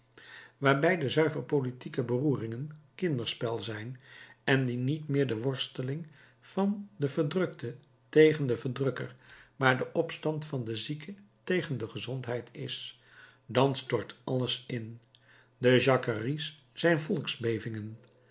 waarbij de zuiver politieke beroeringen kinderspel zijn en die niet meer de worsteling van den verdrukte tegen den verdrukker maar de opstand van de ziekte tegen de gezondheid is dan stort alles in de jacqueries zijn